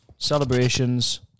Celebrations